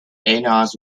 enos